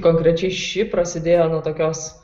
konkrečiai ši prasidėjo nuo tokios